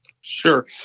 Sure